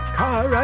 car